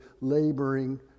laboring